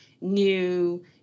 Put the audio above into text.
new